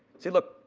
see, look,